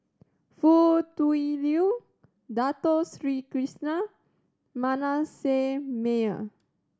Foo Tui Liew Dato Sri Krishna Manasseh Meyer